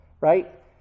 right